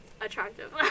attractive